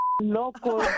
Loco